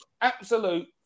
absolute